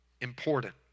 important